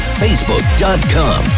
facebook.com